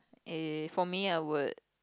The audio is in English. eh for me I would